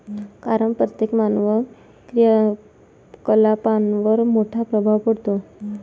कारण प्रत्येक मानवी क्रियाकलापांवर मोठा प्रभाव पडतो